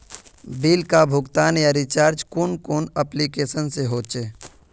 Bill का भुगतान या रिचार्ज कुन कुन एप्लिकेशन से होचे?